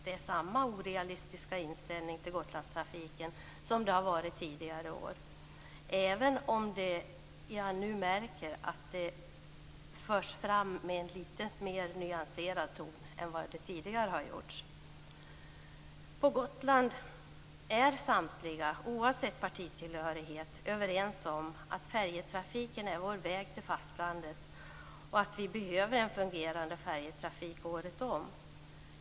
Det är samma orealistiska inställning till Gotlandstrafiken som det har varit tidigare år, även om jag märker att den nu förs fram med en lite mer nyanserad ton än vad som har gjorts tidigare. På Gotland är samtliga, oavsett partitillhörighet, överens om att färjetrafiken är vår väg till fastlandet och att vi behöver en fungerande färjetrafik året om.